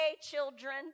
children